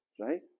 Right